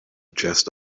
just